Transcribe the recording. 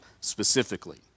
specifically